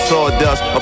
Sawdust